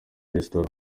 resitora